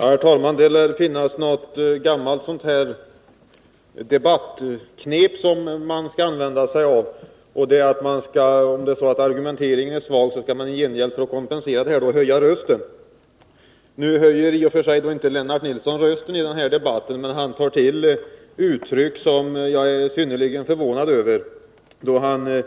Herr talman! Det lär finnas något gammalt debattknep som man kan använda — om argumenteringen är svag skall man för att kompensera detta höja rösten. Nu höjer inte Lennart Nilsson rösten i debatten, men tar till uttryck som jag är synnerligen förvånad över. Han